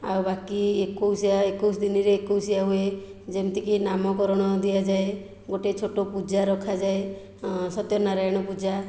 ଆଉ ବାକି ଏକୋଇଶିଆ ଏକୋଇଶ ଦିନରେ ଏକୋଇଶିଆ ହୁଏ ଯେତିକି କି ନାମ କାରଣ ଦିଆ ଯାଏ ଗୋଟେ ଛୋଟ ପୂଜା ରଖା ଯାଏ ସତ୍ୟ ନାରାୟଣ ପୂଜା